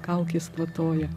kaukės kvatoja